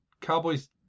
Cowboys